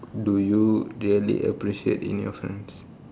do you really appreciate in your friends